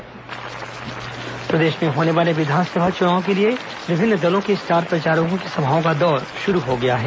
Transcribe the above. कांग्रेस बसपा दौरा प्रदेश में होने वाले विधानसभा चुनाव के लिए विभिन्न दलों के स्टार प्रचारकों की सभाओं का दौर शुरू हो गया है